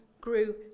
grew